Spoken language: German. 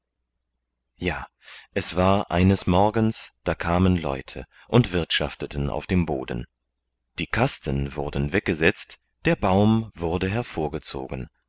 ja es war eines morgens da kamen leute und wirtschafteten auf dem boden die kasten wurden weggesetzt der baum wurde hervorgezogen